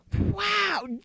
wow